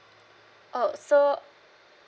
oh so